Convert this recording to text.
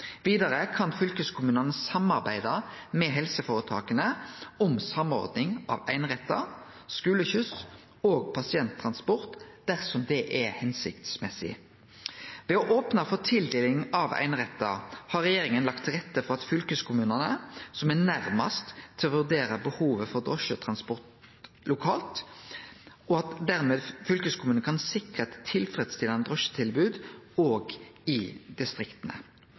og pasienttransport dersom det er hensiktsmessig. Ved å opne for tildeling av einerettar har regjeringa lagt til rette for at fylkeskommunane, som er nærmast til å vurdere behovet for drosjetransport lokalt, dermed kan sikre eit tilfredsstillande drosjetilbod òg i distrikta.